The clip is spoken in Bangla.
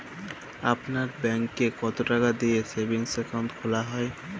আপনার ব্যাংকে কতো টাকা দিয়ে সেভিংস অ্যাকাউন্ট খোলা হয়?